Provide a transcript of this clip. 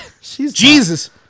Jesus